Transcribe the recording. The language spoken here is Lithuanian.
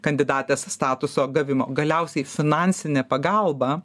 kandidatės statuso gavimo galiausiai finansinė pagalba